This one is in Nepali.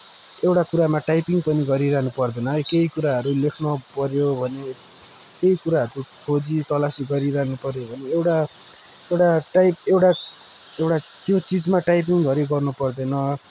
एउटा कुरामा टाइपिङ पनि गरिरहनु पर्दैन है केही कुराहरू लेख्न पऱ्यो भने केही कुराहरूको खोजी तलासी गरिरहनु पऱ्यो भने एउटा एउटा टाइप एउटा एउटा त्यो चिजमा टाइपिङहरू गर्नुपर्दैन